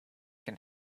can